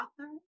author